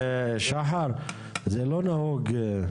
שחר, זה לא נהוג.